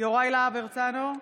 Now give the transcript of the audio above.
יוראי להב הרצנו,